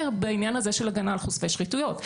בעניין הזה של הגנה על חושפי שחיתויות.